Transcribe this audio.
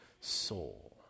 soul